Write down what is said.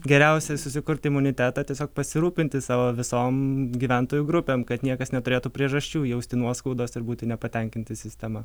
geriausiai susikurt imunitetą tiesiog pasirūpinti savo visom gyventojų grupėm kad niekas neturėtų priežasčių jausti nuoskaudos ir būti nepatenkinti sistema